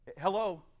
Hello